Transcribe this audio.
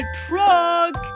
truck